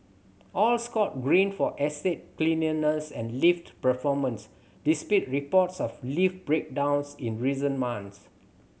all scored Green for estate cleanliness and lift performance despite reports of lift breakdowns in recent months